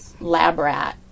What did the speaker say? labrat